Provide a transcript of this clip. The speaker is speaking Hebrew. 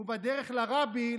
הוא בדרך לרבי,